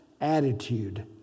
attitude